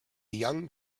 young